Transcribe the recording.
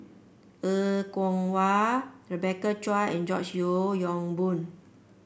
Er Kwong Wah Rebecca Chua and George Yeo Yong Boon